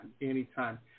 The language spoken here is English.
anytime